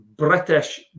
British